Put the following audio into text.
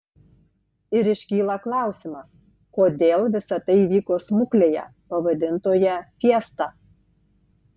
ir iškyla klausimas kodėl visa tai įvyko smuklėje pavadintoje fiesta